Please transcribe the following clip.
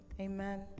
Amen